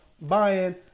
buying